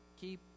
keep